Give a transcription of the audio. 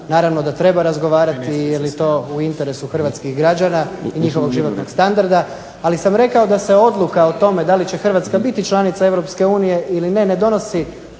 ne znam